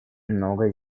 многое